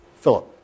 Philip